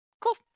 Cool